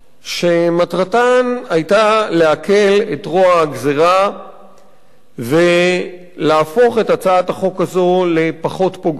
שמטרתן להקל את רוע הגזירה ולהפוך את הצעת החוק הזאת לפחות פוגענית.